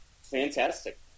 Fantastic